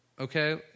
okay